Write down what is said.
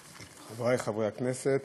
חברי חברי הכנסת,